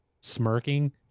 smirking